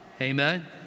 amen